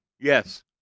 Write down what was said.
Yes